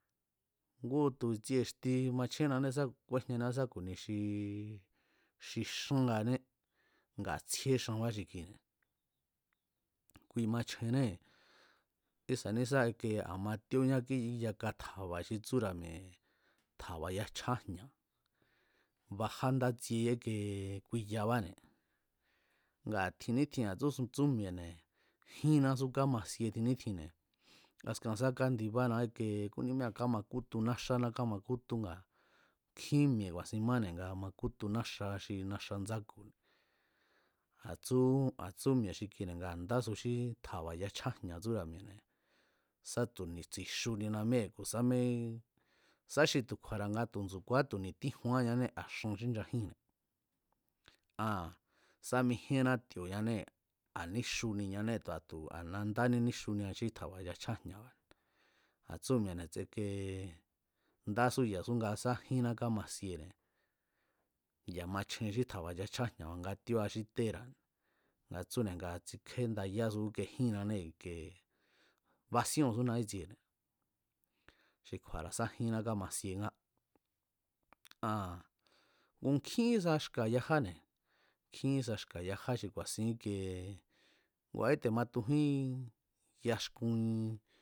Ngu tu̱ i̱tsie i̱xti machjénnané sá kúéjñania sá ku̱ni xi xángané ngaa̱ tsjíé xanba xi kuine̱, kui machjennée̱ ísa̱ní sá ike a̱ ma tíóñá kíyaka tja̱ba̱ xi tsúra̱ mi̱e̱, tja̱ba̱ ya chjájña̱, baja ndátsie íke kui yabáne̱ ngaa̱ tjin nítjin ngaa̱ tsú mi̱e̱ne̱ jínnasú kámasie tjin nítjinne̱ askan sá kandibána íkee kúnímíra̱ kámakútu náxáná kámakútú ngaa̱ nkjín mi̱e̱ ku̱a̱sin máne̱ nga makútu náxa xí naxa ndsáku̱ne̱ a̱ tsú a̱ tsú mi̱e̱ xi kine̱ ngaa̱ ndásu xí tja̱ba̱ ya chjájña̱ tsúra̱ mi̱e̱ne̱ sa tu̱ tsi̱xunina míee̱ ku̱ sámé sá xi tu̱ kju̱a̱ra̱ nga tu̱ ndsu̱kuaa tu̱ ni̱tíjuanne a̱ xan xínchajínne̱ aa̱n sá mijíénna ti̱o̱ñanée̱ a̱ níxuniñanée̱ tu̱a a̱ nandání níxunia xí tja̱ba̱ ya chjájña̱ba̱ne̱ a̱ tsú mi̱e̱ne̱ ikie ndású ya̱su̱ nga sá jínná kámasiene̱ ya̱ machjen xí tja̱ba̱ ya chjájña̱ba̱ nga tíóa xí téra̱ne̱ nga tsúne̱ nga tsikjendayásu íke jínnanée̱ ike basíóo̱nsúna ítsiene̱ xi kju̱a̱ra̱ sá jínná kámasiengá aa̱n ku̱ nkjín ísa xka̱ yajáne̱, nkjín ísa xka̱yajá xi ike ngua̱ íte̱ matujín yaxkun